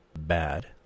bad